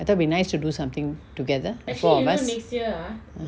I thought it'll be nice to do something together the four of us